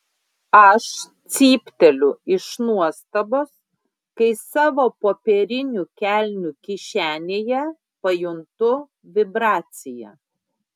aš cypteliu iš nuostabos kai savo popierinių kelnių kišenėje pajuntu vibraciją